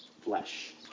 flesh